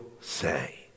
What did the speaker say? say